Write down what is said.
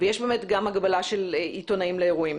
ויש באמת גם הגבלה של עיתונאים לאירועים.